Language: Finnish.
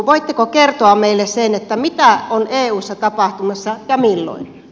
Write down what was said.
voitteko kertoa meille sen mitä on eussa tapahtumassa ja milloin